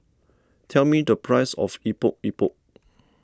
tell me the price of Epok Epok